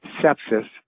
sepsis